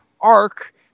arc